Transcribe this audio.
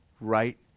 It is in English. right